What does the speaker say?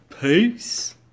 Peace